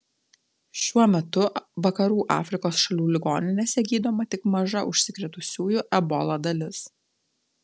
šiuo metu vakarų afrikos šalių ligoninėse gydoma tik maža užsikrėtusiųjų ebola dalis